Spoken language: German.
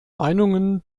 meinungen